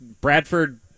bradford